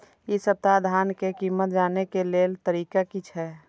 इ सप्ताह धान के कीमत जाने के लेल तरीका की छे?